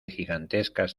gigantescas